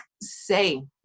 say